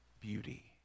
beauty